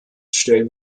stellen